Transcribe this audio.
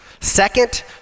Second